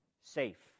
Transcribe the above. safe